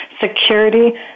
security